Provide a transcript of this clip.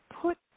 put